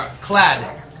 clad